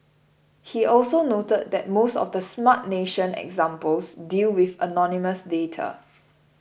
he also noted that most of the Smart Nation examples deal with anonymous data